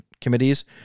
committees